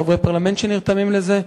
חברי פרלמנט שנרתמים לזה.